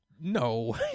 No